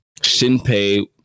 Shinpei